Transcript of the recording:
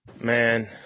Man